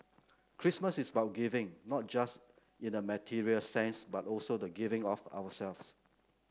Christmas is about giving not just in a material sense but also the giving of ourselves